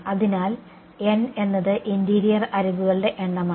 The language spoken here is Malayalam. അതിനാൽ n എന്നത് ഇന്റീരിയർ അരികുകളുടെ എണ്ണമാണ്